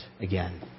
again